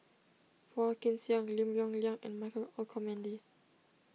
Phua Kin Siang Lim Yong Liang and Michael Olcomendy